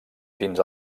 fins